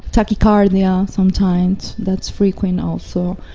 tachycardia yeah sometimes, that's frequent also.